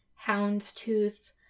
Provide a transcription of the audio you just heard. houndstooth